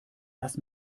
lass